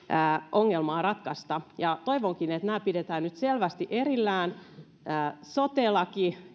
ongelmaa ratkaista toivonkin että nämä pidetään nyt selvästi erillään sote laki